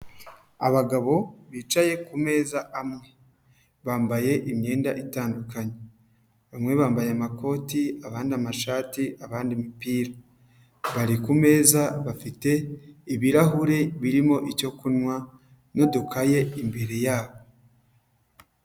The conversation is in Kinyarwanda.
Abagabo bicaye ku meza amwe, bambaye imyenda itandukanye, bamwe bambaye amakoti abandi amashati, abandi imipira, bari ku meza bafite ibirahuri birimo icyo kunywa n'udukaye imbere yabo.